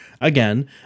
again